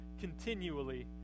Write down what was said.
continually